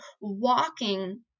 walking